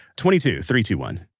twenty two. three, two, one